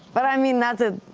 but i mean, that's, ah